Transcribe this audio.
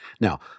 Now